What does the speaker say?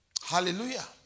Hallelujah